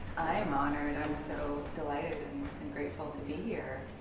i am honored. i'm so delighted and grateful to be here.